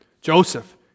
Joseph